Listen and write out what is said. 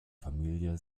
familie